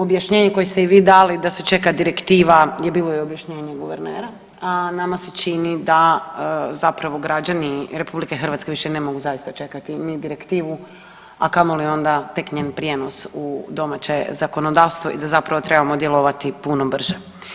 Objašnjenje koje ste i vi dali da se čeka direktiva je bilo i objašnjenje guvernera, a nama se čini da zapravo građani RH više zaista ne mogu čekati ni direktivu, a kamoli onda tek njen prijenos u domaće zakonodavstvo i da zapravo trebamo djelovati puno brže.